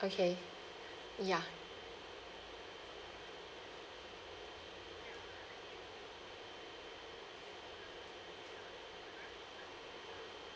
okay ya